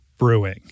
brewing